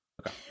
Okay